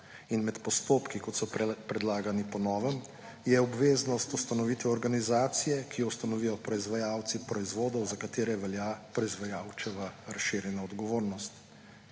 in med postopki, kot so predlagani po novem, je obveznost ustanovitve organizacije, ki jo ustanovijo proizvajalci proizvodov, za katere velja proizvajalčeva razširjena odgovornost.